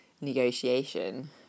negotiation